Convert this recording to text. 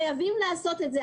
חייבים לעשות את זה,